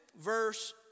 verse